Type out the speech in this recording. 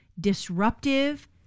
disruptive